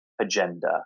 Agenda